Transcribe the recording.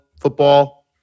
football